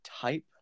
type